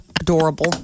Adorable